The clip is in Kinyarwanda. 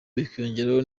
bikiyongeraho